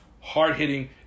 hard-hitting